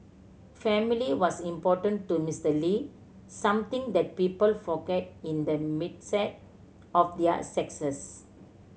family was important to Mister Lee something that people forget in the of their success